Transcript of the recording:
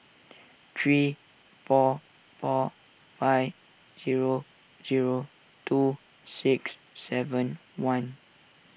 three four four five zro zero two six seven one